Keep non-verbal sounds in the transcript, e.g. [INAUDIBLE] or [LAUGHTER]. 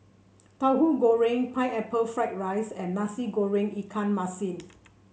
[NOISE] Tauhu Goreng Pineapple Fried Rice and Nasi Goreng Ikan Masin